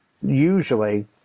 usually